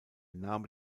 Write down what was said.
name